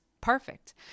perfect